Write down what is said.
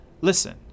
Listen